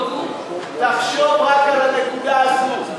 תחשוב רק על הנקודה הזו.